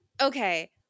okay